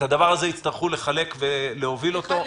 את הדבר הזה יצטרכו לחלק ולהוביל אותו.